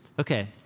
Okay